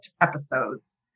episodes